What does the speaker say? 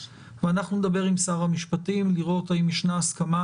נדבר עם שר המשפטים לראות האם ישנה הסכמה